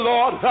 Lord